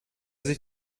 sich